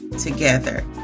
together